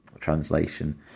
translation